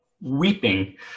weeping